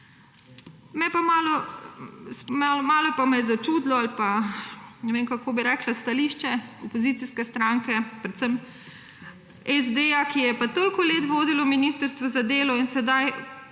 pa je me začudilo ali ne vem, kako bi rekla, stališče opozicijske stranke, predvsem SD, ki je pa toliko let vodil ministrstvo za delo in sedaj